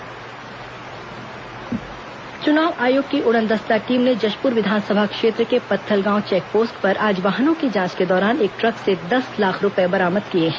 राशि बरामद चुनाव आयोग की उड़नदस्ता टीम ने जशपुर विधानसभा क्षेत्र के पत्थलगांव चेक पोस्ट पर आज वाहनों की जांच के दौरान एक ट्रक से दस लाख रूपये बरामद किए हैं